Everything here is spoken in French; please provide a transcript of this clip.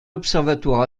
observatoire